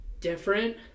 different